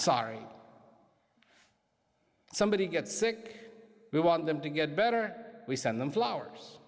sorry somebody get sick we want them to get better we send them flowers